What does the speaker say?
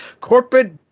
corporate